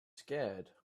scared